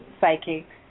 psychics